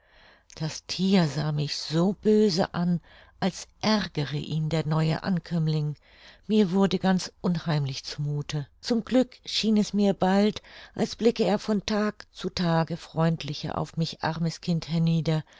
das thier sah mich so böse an als ärgere ihn der neue ankömmling mir wurde ganz unheimlich zu muthe zum glück schien es mir bald als blicke er von tag zu tage freundlicher auf mich armes kind hernieder